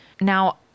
Now